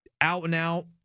out-and-out